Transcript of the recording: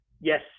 Yes